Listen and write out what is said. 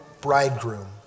bridegroom